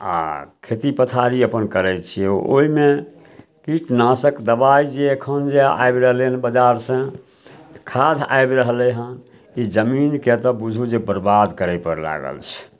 आओर खेती पथारी अपन करय छियै ओइमे कीटनाशक दबाइ जे एखन जे आबि रहलइ हन बजारसँ तऽ खाद आबि रहलइ हँ ई जमीनके तऽ बुझू जे बर्बाद करयपर लागल छै